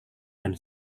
dan